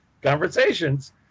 Conversations